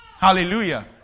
Hallelujah